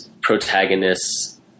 protagonists